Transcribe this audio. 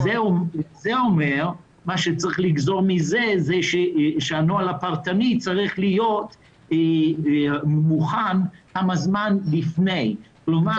מכך צריך לגזור שהנוהל הכללי צריך להיות מוכן כמה זמן לפני כן.